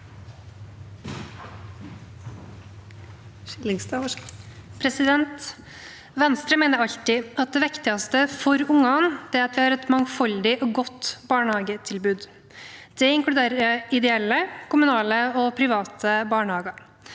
Venstre me- ner alltid at det viktigste for ungene er at vi har et mangfoldig og godt barnehagetilbud. Det inkluderer ideelle, kommunale og private barnehager.